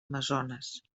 amazones